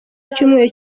icyumweru